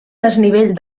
desnivell